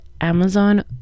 amazon